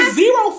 zero